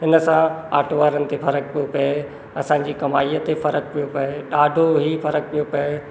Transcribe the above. हिनसां आटो वारनि खे फ़रक पियो पए असांजी कमाईअ ते फ़रकु पियो पए ॾाढो ई फ़रकु पियो पए